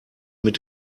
mit